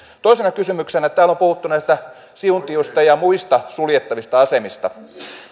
toisena kysymyksenä täällä on puhuttu siuntiosta ja muista suljettavista asemista